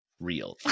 real